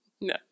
No